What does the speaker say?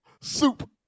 soup